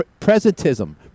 presentism